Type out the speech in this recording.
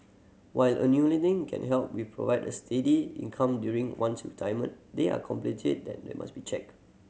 while can help with provid a steady income during one's retirement there are that must be checked